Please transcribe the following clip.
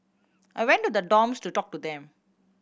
I went to the dorms to talk to them